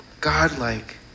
Godlike